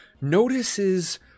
notices